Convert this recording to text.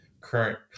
current